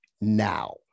now